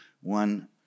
one